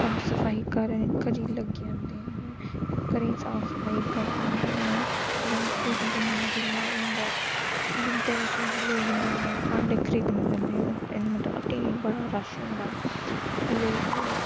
साफ सफाई करी लग्गी जंदे न घरें दी साफ सफाई करनियां फिर जेल्लै ओह् होंदा धनतेरस होंदा लोक नमें भांडे खरीदन जंदे ओह् दिन मतलब हट्टी बड़ा रश होंदा लोग